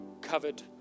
covered